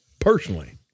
personally